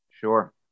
Sure